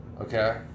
Okay